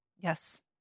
Yes